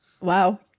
wow